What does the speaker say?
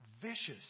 vicious